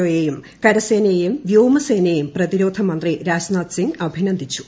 O യെയും കരസേനയെയും വ്യോമസേനയെയും പ്രതിരോധ മന്ത്രി രാജ്നാഥ് സിങ് അഭിനന്ദിച്ചു